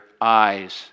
eyes